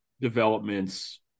developments